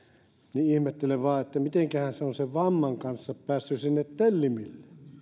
ja ihmettelen vain mitenkähän se on sen vamman kanssa päässyt sinne tellingille